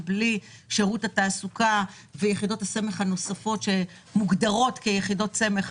זה בלי שירות התעסוקה ויחידות הסמך הנוספות שמוגדרות כיחידות סמך.